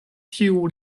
tiu